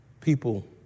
people